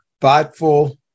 thoughtful